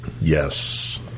Yes